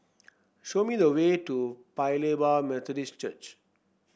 show me the way to Paya Lebar Methodist Church